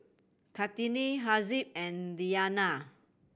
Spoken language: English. Kartini Haziq and Diyana